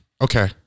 okay